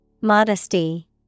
Modesty